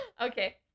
Okay